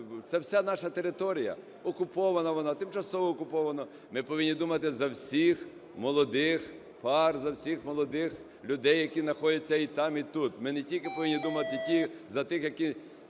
Це вся наша територія – окупована, вона тимчасово окупована. Ми повинні думати за всіх молодих пар, за всіх молодих людей, які знаходяться і там, і тут. Ми не тільки повинні думати за тих, які